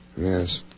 Yes